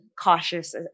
cautious